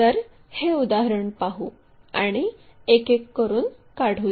तर हे उदाहरण पाहू आणि एक एक करून काढूया